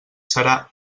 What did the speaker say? serà